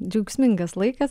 džiaugsmingas laikas